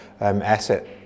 asset